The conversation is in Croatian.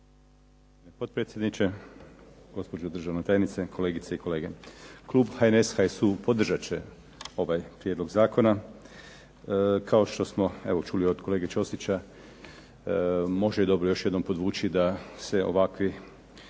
potpredsjedniče, uvažena državna tajnice, kolegice i kolege. Klub HNS, HSU podržat će ovaj prijedlog zakona. Kao što smo čuli od kolege Ćosića možda je dobro još jednom podvući da se ovakvi